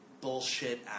bullshit